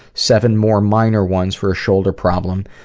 seven more minor ones for a shoulder problem.